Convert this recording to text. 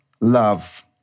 love